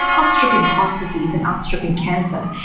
outstripping heart disease and outstripping cancer.